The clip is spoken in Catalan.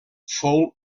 fou